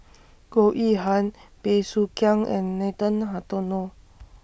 Goh Yihan Bey Soo Khiang and Nathan Hartono